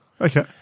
Okay